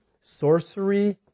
sorcery